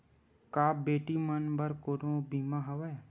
का बेटी मन बर कोनो बीमा हवय?